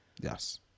Yes